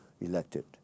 elected